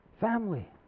Family